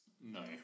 no